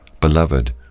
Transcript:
Beloved